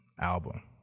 album